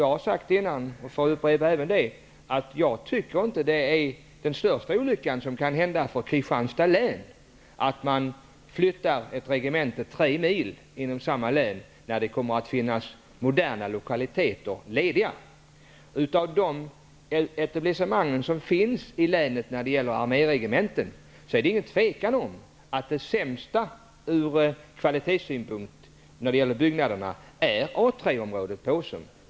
Jag har sagt det tidigare, och får väl upprepa även det, att jag inte tycker att det är den största olycka som kan drabba Kristianstads län att man flyttar ett regemente tre mil inom samma län, när det kommer att finnas moderna lokaler lediga. Av de etablissemang när det gäller arméregementen som finns i länet råder det inget tvivel om att det sämsta ur kvalitetssynpunkt i fråga om byggnaderna är A 3-området på Åsum.